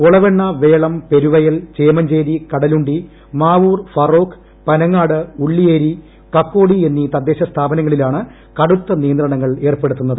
ഒളവണ്ണ വേളം പെരുവയൽ ചേമഞ്ചേരി കടലുണ്ടി മാവൂർ ഫറോക്ക് പനങ്ങാട് ഉള്ളിയേരി കക്കോടി എന്നീ തദ്ദേശ സ്ഥാപനങ്ങളിലാണ് കടുത്ത നിയന്ത്രണങ്ങൾ ഏർപ്പെടുത്തുന്നത്